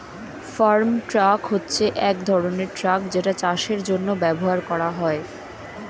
farm truck হচ্ছে এক ধরনের ট্রাক যেটা চাষের জন্য ব্যবহার করা হয়